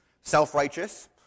self-righteous